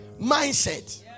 Mindset